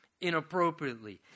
inappropriately